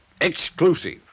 Exclusive